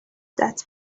that